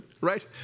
Right